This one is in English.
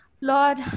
Lord